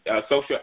social